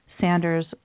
Sanders